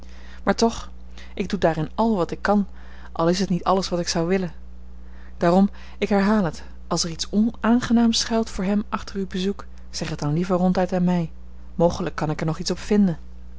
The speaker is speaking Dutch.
maar toch ik doe daarin àl wat ik kan al is t niet alles wat ik zou willen daarom ik herhaal het als er iets onaangenaams schuilt voor hem achter uw bezoek zeg het dan liever ronduit aan mij mogelijk kan ik er nog iets op vinden